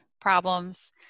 problems